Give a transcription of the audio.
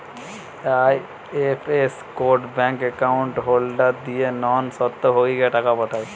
IFS code bank account holder দিয়ে non স্বত্বভোগীকে টাকা পাঠায়